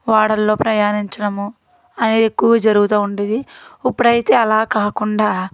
ఓడల్లో ప్రయాణించడమూ అనేది ఎక్కువ జరుగుతూ ఉండేది ఇప్పుడైతే అలా కాకుండా